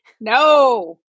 No